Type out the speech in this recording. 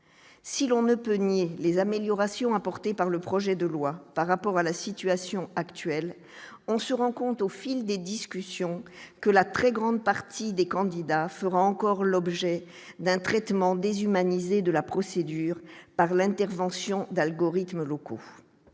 si l'on ne peut nier les améliorations apportées par le projet de loi par rapport à la situation actuelle, on se rend compte au fil des discussions que la très grande partie des candidats fera encore l'objet d'un traitement déshumanisée de la procédure par l'intervention d'algorithmes locaux,